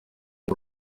ngo